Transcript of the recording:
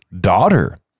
daughter